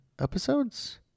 episodes